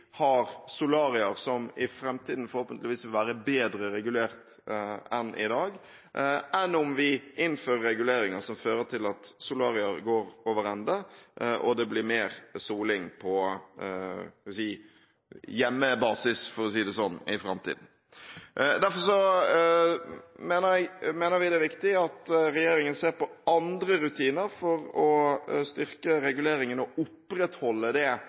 har solarier som i framtiden forhåpentligvis vil være bedre regulert enn i dag, enn om vi innfører reguleringer som fører til at solarier går over ende og det blir mer soling på – skal vi si – hjemmebasis i framtiden. Derfor mener vi det er viktig at regjeringen ser på andre rutiner for å styrke reguleringen og opprettholde det